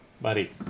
Buddy